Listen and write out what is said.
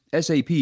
SAP